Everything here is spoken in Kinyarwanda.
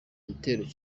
gitero